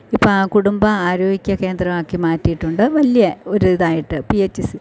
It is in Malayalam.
ഇപ്പം ആ കുടുംബ ആരോഗ്യ കേന്ദ്രമാക്കി മാറ്റിയിട്ടുണ്ട് വലിയ ഒരിതായിട്ട് പി എച്ച് എസ്